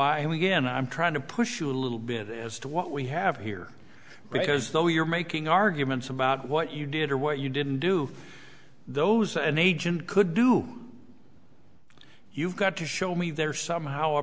again i'm trying to push you a little bit as to what we have here because though you're making arguments about what you did or what you didn't do those an agent could do you've got to show me they're somehow a